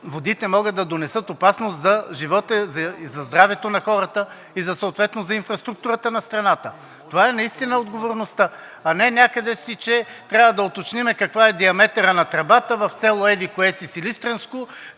водите могат да донесат опасност за живота и за здравето на хората, и съответно за инфраструктурата на страната. Това е отговорността, а не някъде си, че трябва да уточним какъв е диаметърът на тръбата в село еди-кое си, Силистренско,